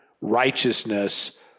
righteousness